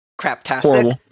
craptastic